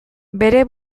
bere